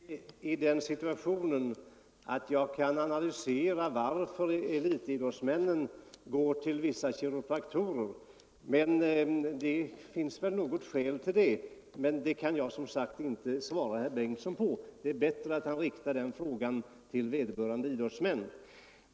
Herr talman! Jag är inte i den situationen att jag kan analysera varför elitidrottsmännen går till vissa kiropraktorer. Det finns väl något skäl till det, men det kan jag som sagt inte ange. Det är bättre att herr Bengtsson i Göteborg riktar den frågan till vederbörande idrottsmän.